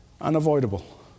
Unavoidable